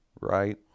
right